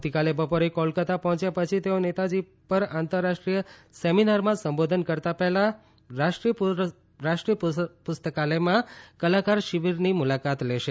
આવતીકાલે બપોરે કોલકાતા પહોંચ્યા પછી તેઓ નેતાજી પર આંતરરાષ્ટ્રીય સેમિનારમાં સંબોધન કરતાં પહેલાં રાષ્ટ્રીય પુસ્તકાલયમાં કલાકાર શિબિરની મુલાકાત લેશે